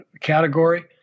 category